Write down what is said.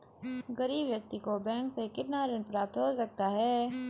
गरीब व्यक्ति को बैंक से कितना ऋण प्राप्त हो सकता है?